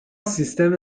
سیستم